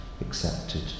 accepted